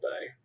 day